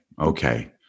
okay